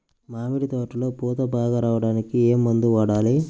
మామిడి తోటలో పూత బాగా రావడానికి ఏ మందు వాడాలి?